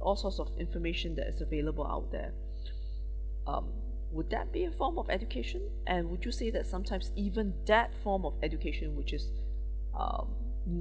all sorts of information that is available out there um would that be a form of education and would you say that sometimes even that form of education which is um